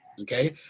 Okay